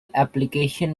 application